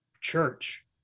church